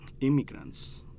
immigrants